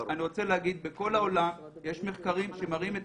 אני רוצה להגיד שבכל העולם יש מחקרים שמראים את